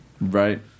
right